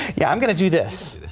yeah i'm going to do this.